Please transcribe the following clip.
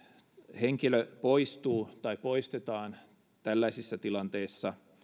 henkilö poistuu tai poistetaan tällaisissa tilanteissa